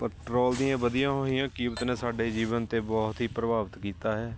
petrol ਦੀਆਂ ਵਧੀਆਂ ਹੋਈਆਂ ਕੀਮਤ ਨੇ ਸਾਡੇ ਜੀਵਨ 'ਤੇ ਬਹੁਤ ਹੀ ਪ੍ਰਭਾਵਿਤ ਕੀਤਾ ਹੈ